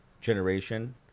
generation